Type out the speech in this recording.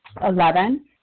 Eleven